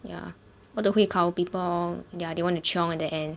ya 我的会考 people orh ya they want to chiong at the end